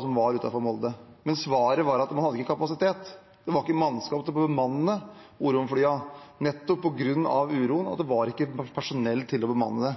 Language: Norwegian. som var utenfor Molde. Men svaret var at man ikke hadde kapasitet. Det var ikke mannskap til å bemanne Orion-flyene – nettopp på grunn av uroen var det ikke personell til å bemanne dem.